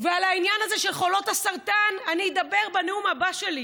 על העניין הזה של חולות הסרטן אני אדבר בנאום הבא שלי,